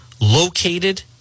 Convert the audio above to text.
Located